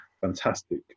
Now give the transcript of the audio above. fantastic